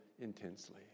intensely